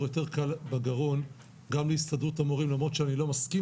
יותר קל בגרון גם להסתדרות המורים למרות שאני לא מסכים